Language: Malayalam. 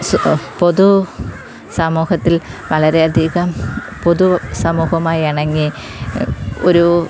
പൊതൂ സമൂഹത്തിൽ വളരെയധികം പൊതു സമൂഹവുമായി ഇണങ്ങി ഒരൂ